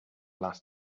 last